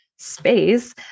space